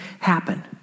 happen